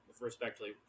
respectfully